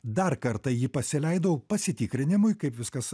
dar kartą jį pasileidau pasitikrinimui kaip viskas